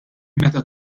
meta